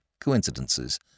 coincidences